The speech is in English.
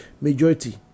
Majority